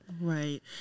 Right